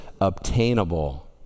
obtainable